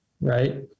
right